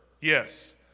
Yes